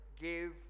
give